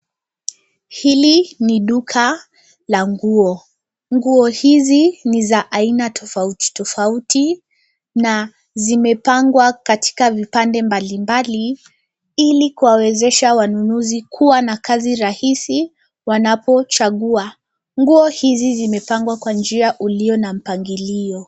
Hili ni duka la nguo. Nguo hizi ni za aina tofauti tofauti na zimepangwa katika vipande mbalimbali ili kuwawezesha wanunuzi kuwa na kazi rahisi wanapochagua. Nguo hizi zimepangwa kwa njia uliyo na mpangilio.